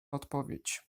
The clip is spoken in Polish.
odpowiedź